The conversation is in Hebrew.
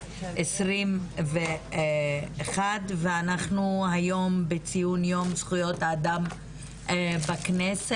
2021, ואנחנו היום בציון יום זכויות האדם בכנסת.